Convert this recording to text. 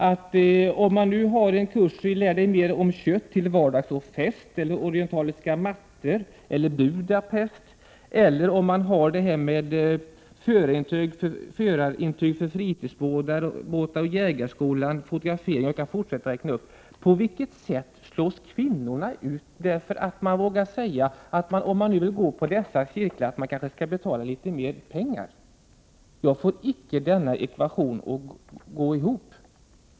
Om kurser anordnas i ämnen som lär dig mer om kött till vardags och fest, orientaliska mattor, Budapest, förarintyg för fritidsbåtar, jakt, fotografering, osv., på vilket sätt slås kvinnorna ut på grund av att dessa kurser kostar litet mer? Jag får icke denna ekvation att gå ihop.